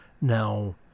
now